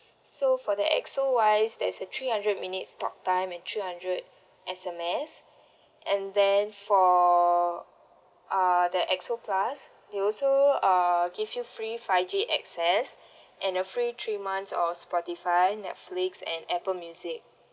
so for the X_O wise there's a three hundred minutes talk time and three hundred S_M_S and then for uh the X_O plus we also uh give you free five G access and a free three months of Spotify Netflix and Apple music